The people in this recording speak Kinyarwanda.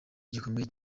gikomeye